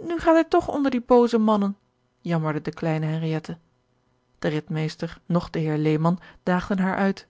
nu gaat hij toch onder die booze mannen jammerde de kleine henriëtte de ridmeester noch de heer lehman daagden haar uit